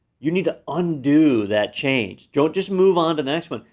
you need to undo that change. don't just move on to the next one,